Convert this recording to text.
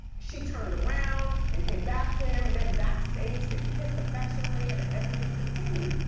she turned around and came back to him, then backstage, they kissed affectionately and everything continued.